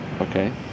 Okay